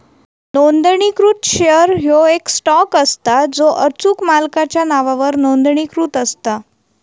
नोंदणीकृत शेअर ह्यो येक स्टॉक असता जो अचूक मालकाच्या नावावर नोंदणीकृत असता